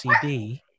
CD